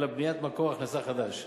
אלא בניית מקור הכנסה חדש.